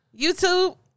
YouTube